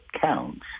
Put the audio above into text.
counts